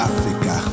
Africa